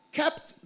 kept